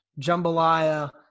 jambalaya